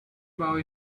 power